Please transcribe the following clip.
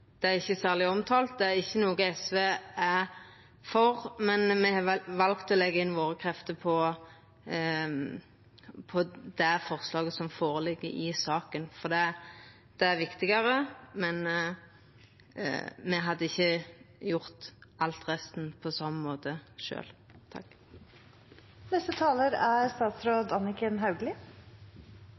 Det er ikkje særleg omtalt. Det er ikkje noko SV er for, men me har valt å setja våre krefter inn på det forslaget som føreligg i saka, for det er viktigare. Men me hadde ikkje gjort alt det resterande på same